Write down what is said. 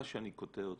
סליחה שאני קוטע אותך,